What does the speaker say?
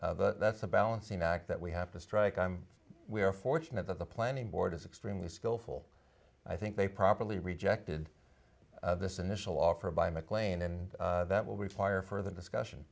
but that's a balancing act that we have to strike i'm we are fortunate that the planning board is extremely skillful i think they properly rejected this initial offer by mclean and that will require further discussion